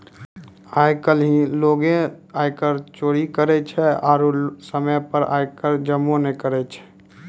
आइ काल्हि लोगें आयकर चोरी करै छै आरु समय पे आय कर जमो नै करै छै